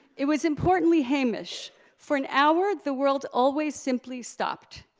it was important we hamish for an hour, the world always simply stopped.